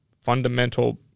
fundamental